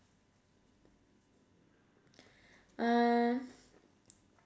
uh